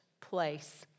place